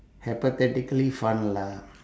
hypothetically fun lah